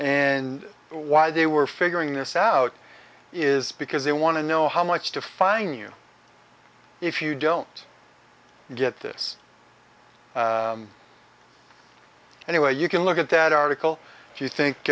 and why they were figuring this out is because they want to know how much to fine you if you don't get this anyway you can look at that article if you